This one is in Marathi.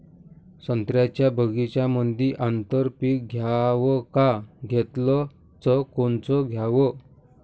संत्र्याच्या बगीच्यामंदी आंतर पीक घ्याव का घेतलं च कोनचं घ्याव?